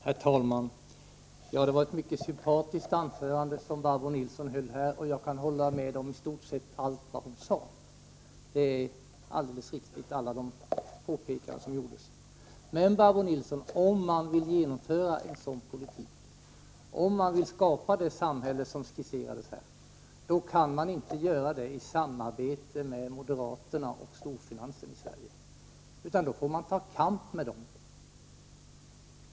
Herr talman! Det var ett mycket sympatiskt anförande som Barbro Nilsson i Örnsköldsvik höll, och jag kan hålla med om istort sett allt vad hon sade. De påpekanden som gjordes är alldeles riktiga. Men, Barbro Nilsson, en politik där det samhälle som här skisserades blir verklighet kan inte genomföras i samarbete med moderaterna och storfinan sen i Sverige. I stället får man ta kamp mot dem.